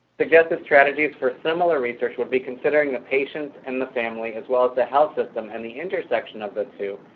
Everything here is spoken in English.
suggested strategies for similar research would be considering the patients and the family, as well as the health system, and the intersection of those two,